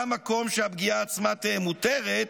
גם מקום שהפגיעה עצמה תהא מותרת,